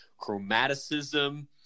chromaticism